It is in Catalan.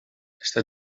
està